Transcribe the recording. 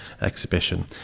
exhibition